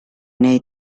nei